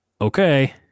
okay